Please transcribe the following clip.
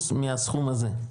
מהסכום הזה.